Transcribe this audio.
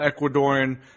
Ecuadorian